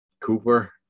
Cooper